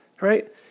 Right